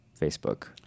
Facebook